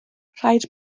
rhaid